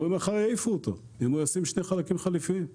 פה מחר יעיפו אותו אם הוא ישים שני חלקים חליפיים.